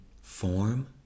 form